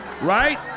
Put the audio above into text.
Right